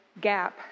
gap